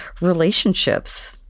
relationships